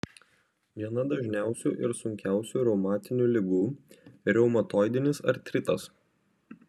viena dažniausių ir sunkiausių reumatinių ligų reumatoidinis artritas